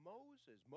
Moses